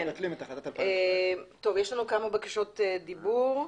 יש כמה בקשות דיבור.